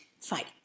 fight